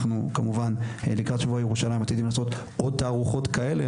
אנחנו כמובן לקראת שבוע ירושלים עתידים לעשות עוד תערוכות כאלה.